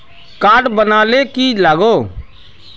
Card बना ले की लगाव?